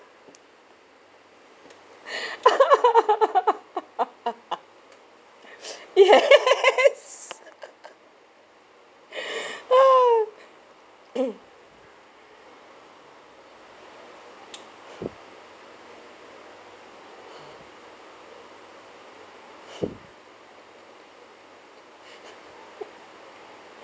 yes ah